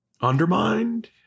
Undermined